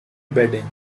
bedding